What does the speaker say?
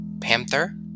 Panther